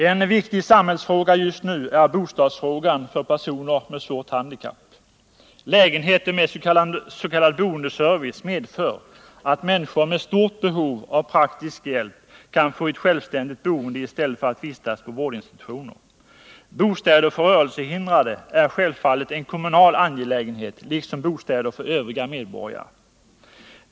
En viktig samhällsfråga just nu är bostadsfrågan för personer med ett svårt handikapp. Lägenheter med s.k. boendeservice medför att människor med stort behov av praktisk hjälp kan få ett självständigt boende i stället för att vistas på vårdinstitutioner. Bostäder för rörelsehindrade är självfallet en kommunal angelägenhet, liksom bostäder för övriga medborgare.